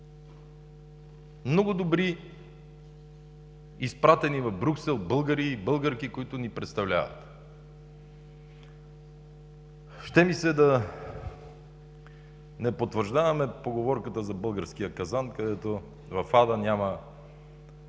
много добри, изпратени в Брюксел, българки и българи, които ни представляват. Ще ми се да не потвърждавам поговорката за българския казан, където в ада няма